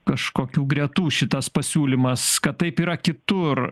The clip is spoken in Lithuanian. kažkokių gretų šitas pasiūlymas kad taip yra kitur